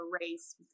race